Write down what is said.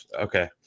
Okay